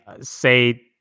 say